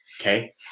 Okay